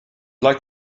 like